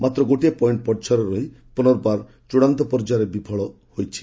ମାତ୍ର ଗୋଟିଏ ପଏଣ୍ଟ ପଛରେ ରହି ପୁନର୍ବାର ଚୂଡ଼ାନ୍ତ ପର୍ଯ୍ୟାୟରେ ବିଫଳ ହୋଇଛି